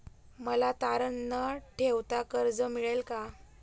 मला तारण न ठेवता कर्ज मिळेल का?